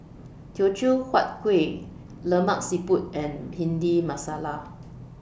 Teochew Huat Kuih Lemak Siput and Bhindi Masala